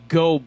go